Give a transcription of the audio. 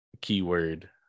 Keyword